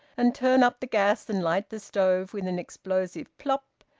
and turn up the gas, and light the stove with an explosive plop,